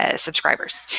ah subscribers.